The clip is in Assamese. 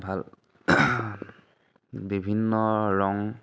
ভাল বিভিন্ন ৰং